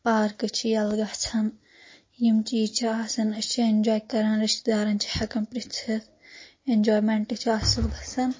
پارکہٕ چھے یَلہٕ گژھان یم چیٖز چھِ آسان أسی چھِ اؠنجاے کران رشتدارن چھِ ہؠکان پرٛژھتھ اؠنجایمنٹ چھ اصل گژھان